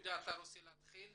יהודה אתה רוצה להתחיל?